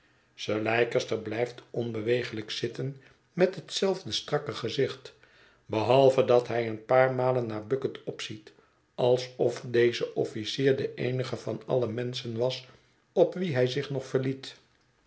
sir leicester blijft onbeweeglijk zitten met hetzelfde strakke gezicht behalve dat hij een paar malen naar bucket opziet alsof deze officier de eenige van alle menschen was op wien hij zich nog verliet